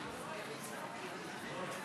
בבקשה, אדוני.